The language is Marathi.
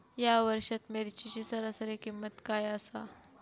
या वर्षात मिरचीची सरासरी किंमत काय आसा?